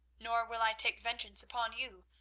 nor will i take vengeance upon you,